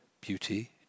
Beauty